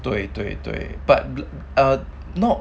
对对对 but err not